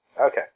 Okay